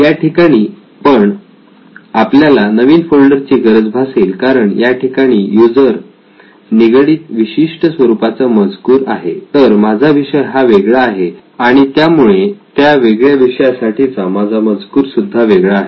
या ठिकाणी पण आपल्याला नवीन फोल्डर ची गरज भासेल कारण या ठिकाणी यूजर निगडीत विशिष्ट स्वरूपाचा मजकूर आहे तर माझा विषय हा वेगळा आहे आणि त्यामुळे त्या वेगळ्या विषयासाठी चा माझा मजकूर सुद्धा वेगळा आहे